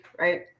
right